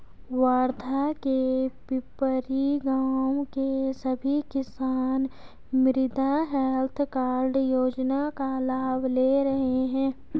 वर्धा के पिपरी गाँव के सभी किसान मृदा हैल्थ कार्ड योजना का लाभ ले रहे हैं